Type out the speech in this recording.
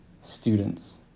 students